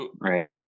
right